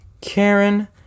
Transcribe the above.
Karen